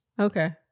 Okay